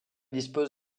dispose